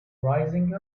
rising